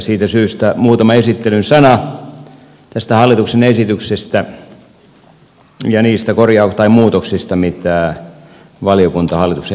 siitä syystä muutama esittelyn sana tästä hallituksen esityksestä ja niistä muutoksista mitä valiokunta hallituksen esitykseen on tehnyt